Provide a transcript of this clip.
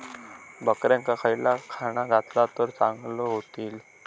बकऱ्यांका खयला खाणा घातला तर चांगल्यो व्हतील?